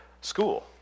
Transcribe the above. school